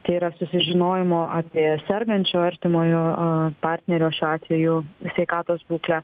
tai yra susižinojimo apie sergančio artimojo partnerio šiuo atveju sveikatos būklę